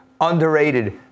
underrated